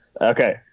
Okay